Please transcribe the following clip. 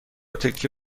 تکه